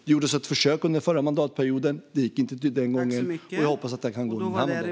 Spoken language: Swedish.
Det gjordes ett försök under den förra mandatperioden, men det gick inte den gången. Jag hoppas att det kan gå en annan gång.